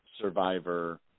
Survivor